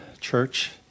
church